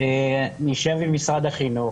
נשב עם משרד החינוך,